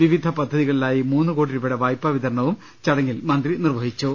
വിവിധ പദ്ധതികളിലായി മൂന്ന് കോടി രൂപയുടെ വായ്പാ വിതര ണവും ചടങ്ങിൽ മന്ത്രി നിർവഹിച്ചു